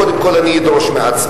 קודם כול אני אדרוש מעצמי.